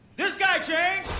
this guy changed!